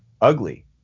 ugly